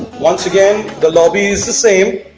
once again the lobby is the same,